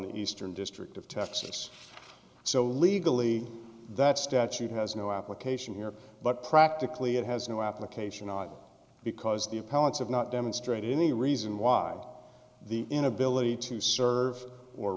the eastern district of texas so legally that statute has no application here but practically it has no application out because the opponents have not demonstrated any reason why the inability to serve or